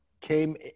came